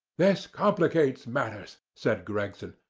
this complicates matters, said gregson.